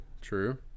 true